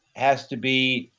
has to be